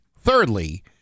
thirdly